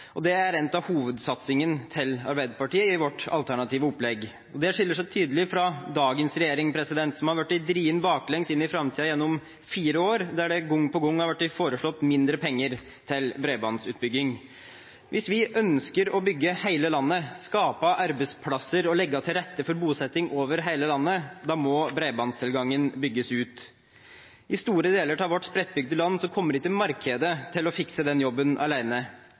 dataoverføring. Det er en av hovedsatsingene til Arbeiderpartiet i vårt alternative opplegg. Det skiller seg tydelig fra dagens regjering, som er blitt dratt baklengs inn i framtiden gjennom fire år da det gang på gang er blitt foreslått færre penger til bredbåndsutbygging. Hvis vi ønsker å bygge hele landet, skape arbeidsplasser og legge til rette for bosetting over hele landet, må bredbåndstilgangen bygges ut. I store deler av vårt spredtbygde land kommer ikke markedet til å fikse den jobben